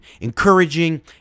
encouraging